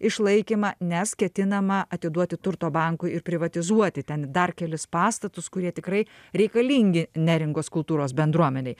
išlaikymą nes ketinama atiduoti turto bankui ir privatizuoti ten dar kelis pastatus kurie tikrai reikalingi neringos kultūros bendruomenei